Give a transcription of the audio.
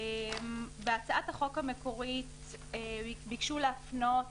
בהצעת החוק המקורית ביקשו להפנות